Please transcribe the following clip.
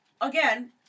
again